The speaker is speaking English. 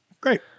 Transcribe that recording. Great